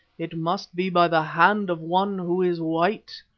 it must be by the hand of one who is white